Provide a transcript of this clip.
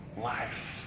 life